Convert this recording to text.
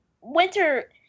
winter